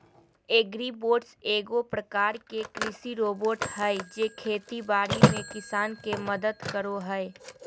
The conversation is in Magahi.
एग्रीबोट्स एगो प्रकार के कृषि रोबोट हय जे खेती बाड़ी में किसान के मदद करो हय